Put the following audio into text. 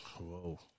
Whoa